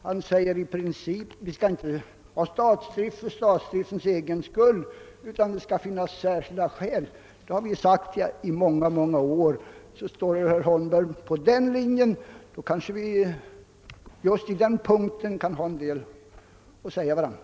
Han sade att vi inte bör ha statsdrift för statsdriftens egen skull utan bara när det finns särskilda skäl för den. Det har vi sagt i många år. Står herr Holmberg på den linjen, kanske vi har en del att säga varandra på den punkten.